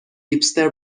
هیپستر